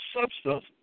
substance